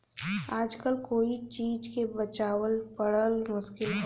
आजकल कोई चीज के बचावल बड़ा मुश्किल हौ